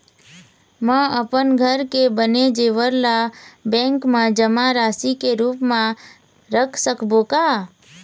म अपन घर के बने जेवर ला बैंक म जमा राशि के रूप म रख सकबो का?